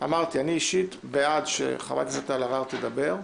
אני בעד שחברת הכנסת קארין אלהרר תדבר.